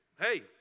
Hey